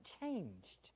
changed